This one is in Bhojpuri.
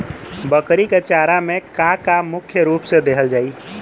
बकरी क चारा में का का मुख्य रूप से देहल जाई?